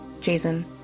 Jason